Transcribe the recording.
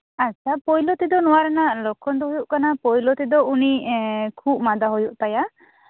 ᱟᱪᱪᱷᱟ ᱯᱳᱭᱞᱳ ᱛᱮᱫᱚ ᱱᱚᱣᱟ ᱨᱮᱱᱟᱜ ᱞᱚᱠᱠᱷᱚᱱ ᱫᱚ ᱦᱩᱭᱩᱜ ᱠᱟᱱᱟ ᱮᱸᱜ ᱯᱳᱭᱞᱳ ᱛᱮᱫᱚ ᱩᱱᱤ ᱠᱷᱩᱜ ᱢᱟᱫᱟ ᱦᱩᱭᱩᱜ ᱛᱟᱭᱟ